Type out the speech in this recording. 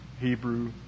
Hebrew